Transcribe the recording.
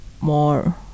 more